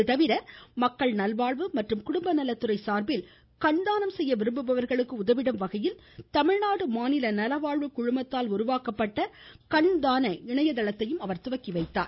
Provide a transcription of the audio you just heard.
இது தவிர மக்கள் நல்வாழ்வு மற்றும் குடும்ப நலத்துறை சார்பில் கண்தானம் செய்ய விரும்புபவர்களுக்கு உதவிடும் வகையில் தமிழ்நாடு மாநில நலவாழ்வு குழுமத்தால் உருவாக்கப்பட்ட கண்தான இணையதளத்தை துவக்கி வைத்தார்